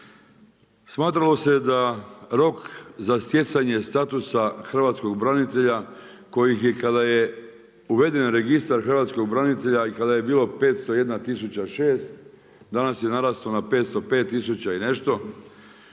Smatralo se da rok za stjecanje statusa hrvatskog branitelja koji ih je, kada je uveden Registar hrvatskih branitelja i kada je bilo 501 006, danas je narastao na 505 tisuća i nešto,